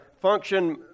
function